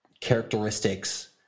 characteristics